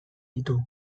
ditu